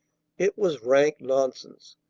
it was rank nonsense.